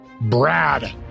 Brad